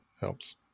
helps